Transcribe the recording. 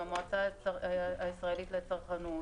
המועצה הישראלית לצרכנות,